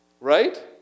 Right